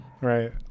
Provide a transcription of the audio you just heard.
right